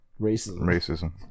Racism